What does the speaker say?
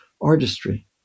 Artistry